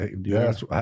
Yes